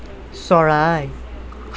চৰাই